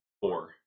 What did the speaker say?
four